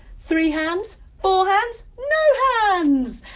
three hands, four hands, no hands!